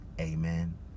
Amen